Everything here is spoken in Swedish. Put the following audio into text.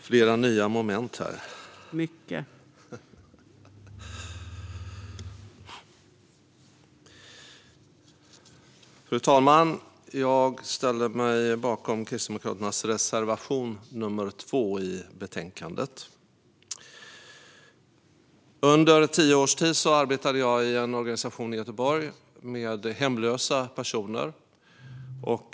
Fru talman! Jag ställer mig bakom Kristdemokraternas reservation 2 i betänkandet. Under tio års tid arbetade jag med hemlösa personer i en organisation i Göteborg.